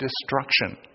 destruction